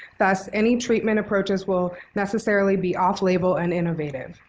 thus, any treatment approaches will necessarily be off label and innovative.